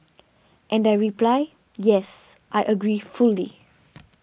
and I reply yes I agree fully